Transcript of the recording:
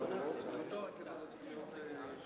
לוועדה שתקבע ועדת הכנסת נתקבלה.